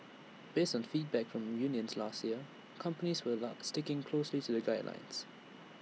based on feedback from unions last year companies were sticking closely to the guidelines